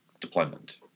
deployment